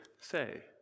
say